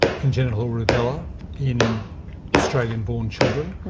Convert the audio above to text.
congenital rubella in australian-born children,